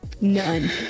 None